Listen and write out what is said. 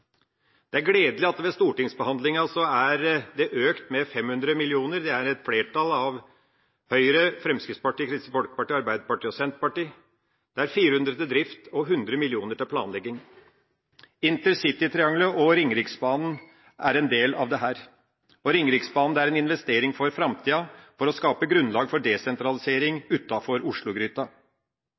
Det er gledelig at budsjettposten ved stortingsbehandlinga er økt med 500 mill. kr. Det er et flertall, bestående av Høyre, Fremskrittspartiet, Kristelig Folkeparti, Arbeiderpartiet og Senterpartiet. Det er 400 mill. kr til drift og 100 mill. kr til planlegging. Intercitytrianglet og Ringeriksbanen er en del av dette. Ringeriksbanen er en investering for framtida, for å skape grunnlag for desentralisering